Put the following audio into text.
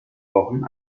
wochen